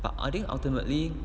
but I think ultimately